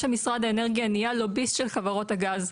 שמשרד האנרגיה נהיה לוביסט של חברות הגז,